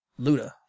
Luda